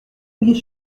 mouillé